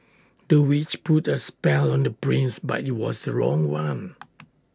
the witch put A spell on the prince but IT was the wrong one